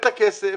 הכסף,